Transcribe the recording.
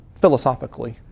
philosophically